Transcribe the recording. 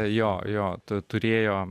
jo jo tu turėjo